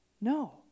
no